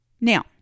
Now